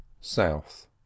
South